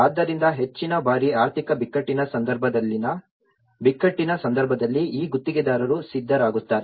ಆದ್ದರಿಂದ ಹೆಚ್ಚಿನ ಬಾರಿ ಆರ್ಥಿಕ ಬಿಕ್ಕಟ್ಟಿನ ಸಂದರ್ಭದಲ್ಲಿ ಬಿಕ್ಕಟ್ಟಿನ ಸಂದರ್ಭದಲ್ಲಿ ಈ ಗುತ್ತಿಗೆದಾರರು ಸಿದ್ಧರಾಗುತ್ತಾರೆ